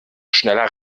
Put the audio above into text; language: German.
schneller